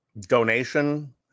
donation